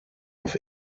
auf